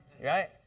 right